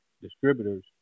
distributors